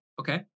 okay